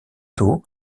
tôt